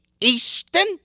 Easton